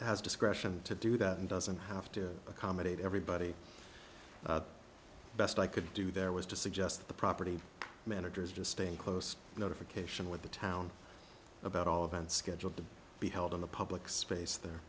has discretion to do that and doesn't have to accommodate everybody the best i could do there was to suggest the property managers just stay in close notification with the town about all of unscheduled to be held in the public space there